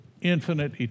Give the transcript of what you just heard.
infinite